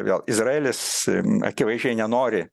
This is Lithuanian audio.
vėl izraelis akivaizdžiai nenori